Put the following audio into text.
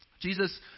Jesus